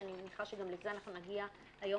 כי אני מניחה שגם לזה אנחנו נגיע היום,